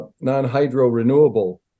non-hydro-renewable